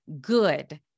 good